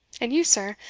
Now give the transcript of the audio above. and you, sir,